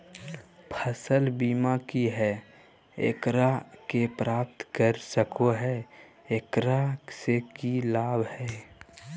फसल बीमा की है, एकरा के प्राप्त कर सको है, एकरा से की लाभ है?